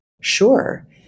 Sure